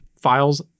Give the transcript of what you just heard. files